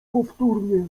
powtórnie